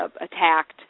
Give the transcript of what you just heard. attacked